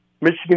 Michigan